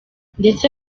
ndetse